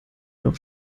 noch